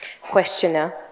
Questioner